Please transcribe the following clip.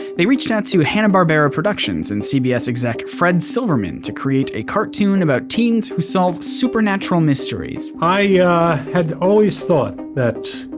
they reached out to hanna-barbera productions and cbs exec fred silverman to create a cartoon about teens who solve supernatural mysteries. i had always thought that